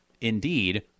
Indeed